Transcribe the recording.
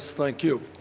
thank you.